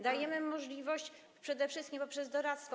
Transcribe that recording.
Dajemy im możliwość przede wszystkim poprzez doradztwo.